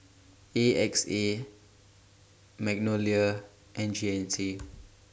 A X A Magnolia and G N C